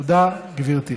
תודה, גברתי.